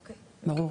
ברור.